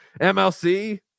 MLC